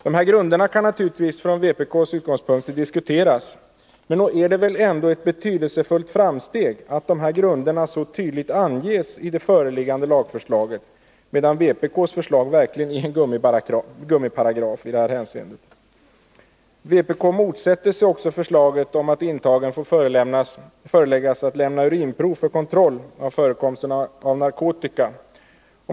Dessa grunder kan naturligtvis från vpk:s utgångspunkt diskuteras, men nog är det väl ändå ett betydelsefullt framsteg att de så tydligt anges i det föreliggande lagförslaget, medan vpk:s förslag verkligen är en gummiparagraf i det här hänseendet. Vpk motsätter sig också förslaget om att intagen får föreläggas att lämna urinprov för kontroll av förekomsten av narkotika.